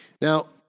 Now